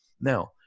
Now